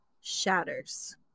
shatters